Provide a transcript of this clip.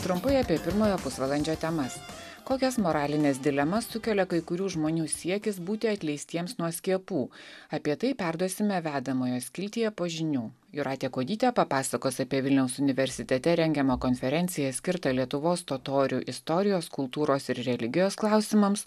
trumpai apie pirmojo pusvalandžio temas kokias moralines dilemas sukelia kai kurių žmonių siekis būti atleistiems nuo skiepų apie tai perduosime vedamojo skiltyje po žinių jūratė kuodytė papasakos apie vilniaus universitete rengiamą konferenciją skirtą lietuvos totorių istorijos kultūros ir religijos klausimams